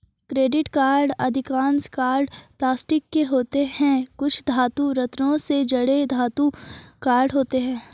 credit card अधिकांश card plastic के होते हैं, कुछ धातु, रत्नों से जड़े धातु कार्ड होते हैं